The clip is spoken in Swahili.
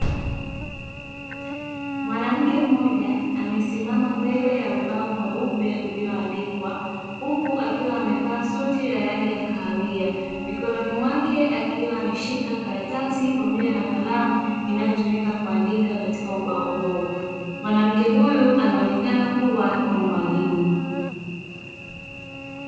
Mwanamke mmoja amesimama mbele ya ubao mweupe ulio andikwa huku akiwa amevaa suti ya rangi ya kahawia. Mikononi mwake akiwa ameshika karatasi pamoja na kalamu inayotumika kuandika katika ubao huo. Mwanamke huyu anaonekana kuwa ni mwalimu.